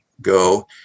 go